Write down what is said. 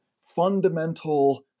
fundamental